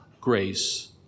grace